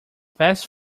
fast